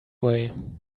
way